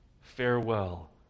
Farewell